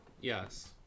Yes